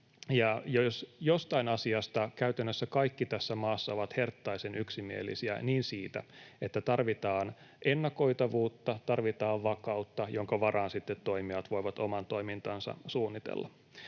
Jos jostain asiasta käytännössä kaikki tässä maassa ovat herttaisen yksimielisiä, niin siitä, että tarvitaan ennakoitavuutta, tarvitaan vakautta, jonka varaan sitten toimijat voivat oman toimintansa suunnitella.